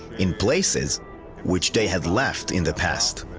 in places which they had left in the past.